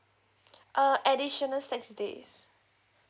uh additional six days